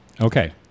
Okay